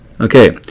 Okay